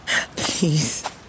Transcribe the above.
Please